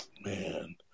Man